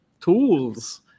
tools